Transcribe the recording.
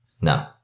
no